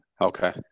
Okay